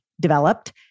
developed